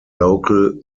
local